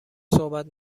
صحبت